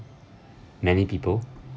many people